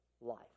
life